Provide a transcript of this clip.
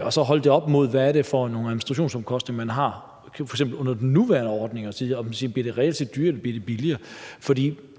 og så holde det op mod, hvad det er for nogle administrationsomkostninger, man f.eks. har under den nuværende ordning, og se, om det reelt set bliver dyrere eller det bliver billigere. For